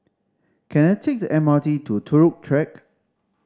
can I take the M R T to Turut Track